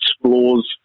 explores